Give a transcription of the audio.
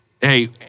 Hey